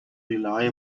rely